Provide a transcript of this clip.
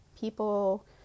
people